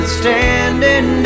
standing